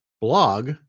blog